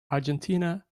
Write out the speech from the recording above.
argentina